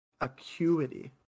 Acuity